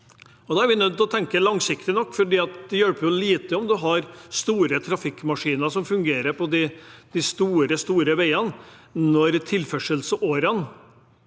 Da er vi nødt til å tenke langsiktig nok, for det hjelper lite om man har store trafikkmaskiner som fungerer på de store veiene, når tilførselsårene